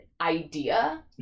idea